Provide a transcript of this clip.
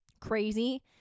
crazy